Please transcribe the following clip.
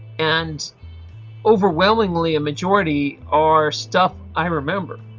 and overwhelmingly a majority are stuff i remember.